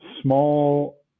small